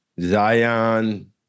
Zion